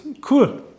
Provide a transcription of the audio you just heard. cool